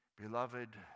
Beloved